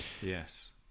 yes